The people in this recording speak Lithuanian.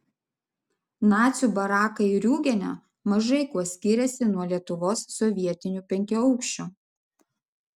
nacių barakai riūgene mažai kuo skiriasi nuo lietuvos sovietinių penkiaaukščių